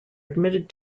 admitted